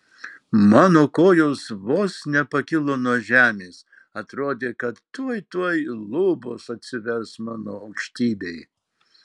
mano kojos vos nepakilo nuo žemės atrodė kad tuoj tuoj lubos atsivers mano aukštybei